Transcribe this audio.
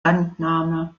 landnahme